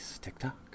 TikTok